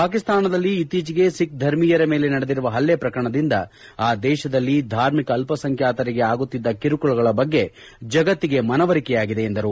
ಪಾಕಿಸ್ತಾನದಲ್ಲಿ ಇತ್ತೀಚೆಗೆ ಸಿಖ್ ಧರ್ಮೀಯರ ಮೇಲೆ ನಡೆದಿರುವ ಹಲ್ಲೆ ಪ್ರಕರಣದಿಂದ ಆ ದೇಶದಲ್ಲಿ ಧಾರ್ಮಿಕ ಅಲ್ಲ ಸಂಖ್ಯಾತರಿಗೆ ಆಗುತ್ತಿದ್ದ ಕಿರುಕುಳಗಳ ಬಗ್ಗೆ ಜಗತ್ತಿಗೆ ಮನವರಿಕೆಯಾಗಿದೆ ಎಂದರು